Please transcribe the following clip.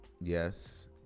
Yes